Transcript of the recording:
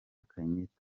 kenyatta